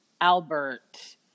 Albert